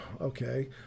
Okay